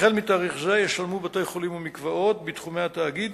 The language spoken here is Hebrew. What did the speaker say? החל מתאריך זה ישלמו בתי-חולים ומקוואות בתחומי התאגיד